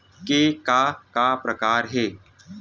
के का का प्रकार हे?